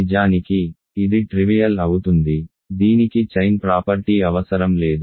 నిజానికి ఇది ట్రివియల్ అవుతుంది దీనికి చైన్ ప్రాపర్టీ అవసరం లేదు